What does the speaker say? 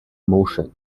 motion